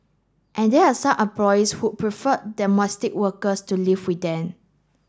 and there are also some employers who prefer workers to live with them